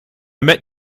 met